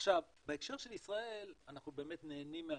עכשיו, בהקשר של ישראל אנחנו באמת נהנים מהגז,